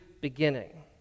beginning